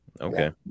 Okay